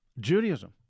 Judaism